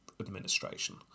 administration